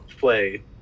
play